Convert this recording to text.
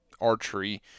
archery